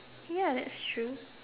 ya that's true